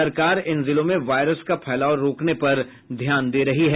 सरकार इन जिलों में वायरस का फैलाव रोकने पर ध्यान दे रही है